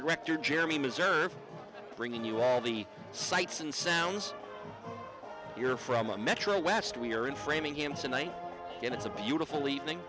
director jeremy missouri bringing you all the sights and sounds you're from a metro west we're in framingham sin one in it's a beautiful evening